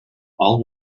all